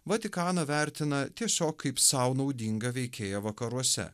vatikaną vertina tiesiog kaip sau naudingą veikėją vakaruose